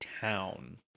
town